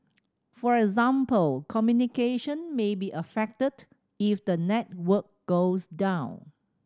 for example communication may be affected if the network goes down